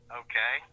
okay